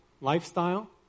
lifestyle